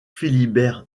philibert